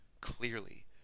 clearly